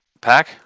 Pack